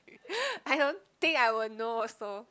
I don't think I will know also